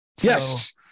Yes